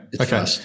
Okay